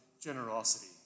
generosity